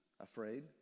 afraid